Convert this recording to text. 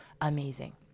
amazing